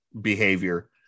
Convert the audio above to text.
behavior